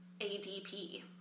ADP